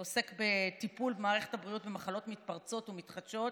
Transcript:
שעוסק בטיפול מערכת הבריאות במערכות מתפרצות ומתחדשות,